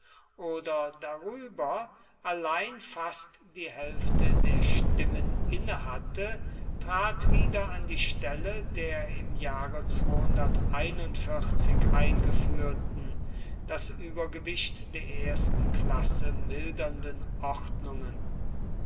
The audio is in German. oder darüber allein fast die hälfte der stimmen inne hatte trat wieder an die stelle der im jahre eingeführten das übergewicht der ersten klasse mildernden ordnungen